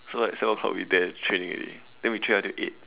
so like seven o clock we there training already then we train until eight